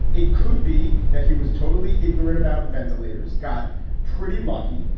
it could be that he was totally ignorant about ventilators. got pretty lucky.